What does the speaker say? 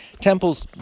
temple's